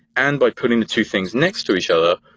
and by putting the two things next to each other,